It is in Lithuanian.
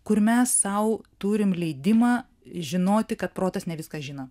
kur mes sau turim leidimą žinoti kad protas ne viską žino